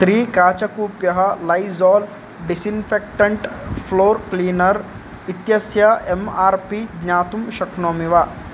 त्रि काचकूप्यः Lysol disinfectant floor cleaner इत्यस्य M R P ज्ञातुं शक्नोमि वा